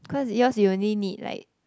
cause yours you only need like